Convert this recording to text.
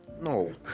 No